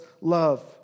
love